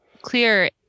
clear